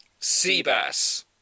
Seabass